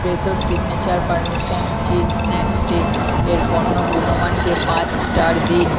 Fresho signature parmesan cheese snack stick এর পণ্য গুণমানকে পাঁচ স্টার দিন